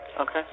Okay